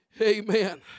Amen